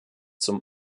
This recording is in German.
zum